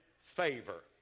favor